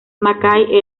mackay